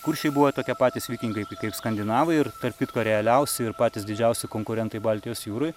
kuršiai buvo tokie patys vikingai kaip skandinavai ir tarp kitko realiausi ir patys didžiausi konkurentai baltijos jūroj